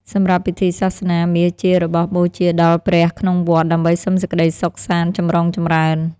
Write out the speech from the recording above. សម្រាប់ពិធីសាសនា មាសជារបស់បូជាដល់ព្រះក្នុងវត្ត ដើម្បីសុំសេចក្ដីសុខសាន្តចំរុងចម្រើន។